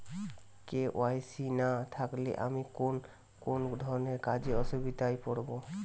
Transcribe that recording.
KYC না থাকলে আমি কোন কোন ধরনের কাজে অসুবিধায় পড়ব?